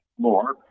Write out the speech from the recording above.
More